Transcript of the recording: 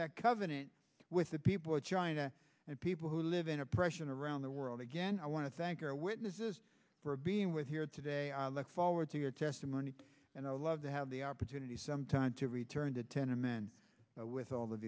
that covenant with the people of china and people who live in oppression around the world again i want to thank our witnesses for being with here today i look forward to your testimony and i would love to have the opportunity sometime to return to ten and then with all